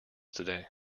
today